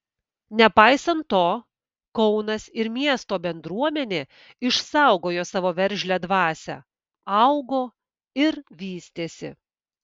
nepaisant to kaunas ir miesto bendruomenė išsaugojo savo veržlią dvasią augo ir vystėsi